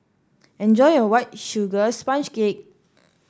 enjoy your White Sugar Sponge Cake